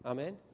Amen